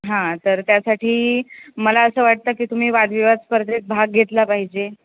हां तर त्यासाठी मला असं वाटतं की तुम्ही वादविवाद स्पर्धेत भाग घेतला पाहिजे